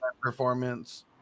performance